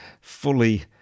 fully